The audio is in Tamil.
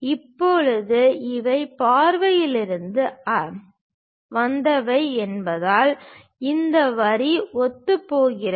இப்போது இவை பார்வைகளிலிருந்து வந்தவை என்பதால் இந்த வரி ஒத்துப்போகிறது